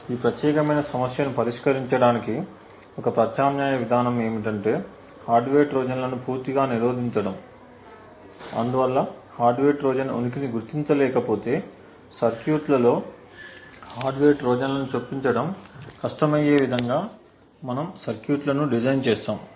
ఈ ప్రత్యేకమైన సమస్యను పరిష్కరించడానికి ఒక ప్రత్యామ్నాయ విధానం ఏమిటంటే హార్డ్వేర్ ట్రోజన్లను పూర్తిగా నిరోధించడం అందువల్ల హార్డ్వేర్ ట్రోజన్ ఉనికిని గుర్తించలేకపోతే సర్క్యూట్లలో హార్డ్వేర్ ట్రోజన్లను చొప్పించడం కష్టమయ్యే విధంగా మనము సర్క్యూట్లను డిజైన్ చేస్తాము